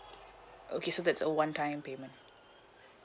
okay so that's a one time payment